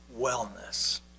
wellness